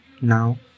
Now